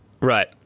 Right